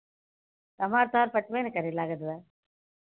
अमार तोहार पटवे ना करी लागत बा